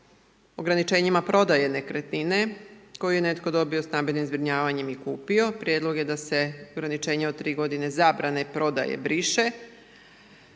o ograničenjima prodaje nekretnine koju je netko dobio stambenim zbrinjavanjem i kupio, prijedlog je da se ograničenje od 3 godine zabrane i prodaje briše,